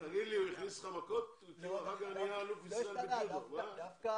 אותו אירוע מאוד משמעותי של חייל לבוש מדים מוכה